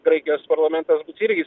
graikijos parlamentas irgi